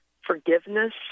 forgiveness